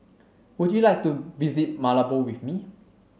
would you like to visit Malabo with me